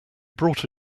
brought